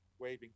waving